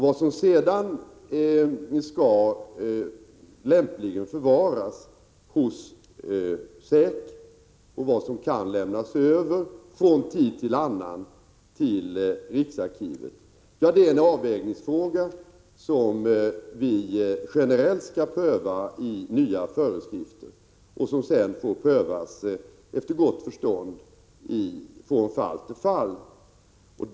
Vad som sedan lämpligen skall förvaras hos SÄK och vad som från tid till annan kan lämnas över till riksarkivet är en avvägningsfråga, som vi generellt skall pröva i nya föreskrifter och som sedan får prövas efter gott förstånd från fall till fall.